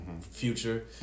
Future